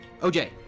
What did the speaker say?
OJ